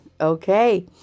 Okay